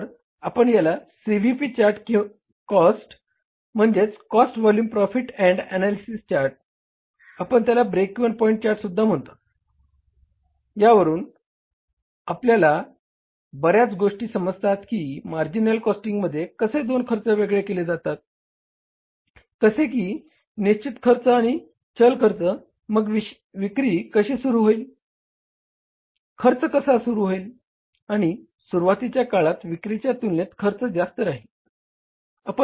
तर आपण याला सीव्हीपी चार्ट कॉस्ट म्हणजेच cost volume profit and analysis chart आपण त्याला ब्रेक इव्हन पॉईंट चार्टसुद्धा म्हणतात यावरून आपल्याला बऱ्याच गोष्टी समजतात की मार्जिनल कॉस्टिंगमध्ये कसे दोन खर्च वेगळे केले जातात कसे की निश्चित खर्च आणि चल खर्च मग विक्री कशी सुरू होईल खर्च कसा सुरू होईल आणि सुरुवातीच्या काळात विक्रीच्या तुलनेत खर्च जास्त राहील